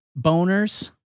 boners